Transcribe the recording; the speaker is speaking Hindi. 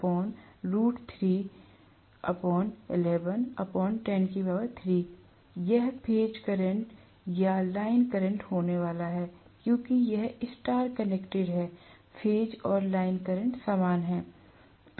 यह फेज करंट या लाइन करंट होने वाला है क्योंकि यह स्टार कनेक्टेड है फेज और लाइन करंट समान हैं